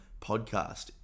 podcast